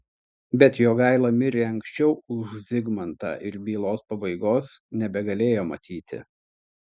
bet jogaila mirė anksčiau už zigmantą ir bylos pabaigos nebegalėjo matyti